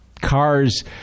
cars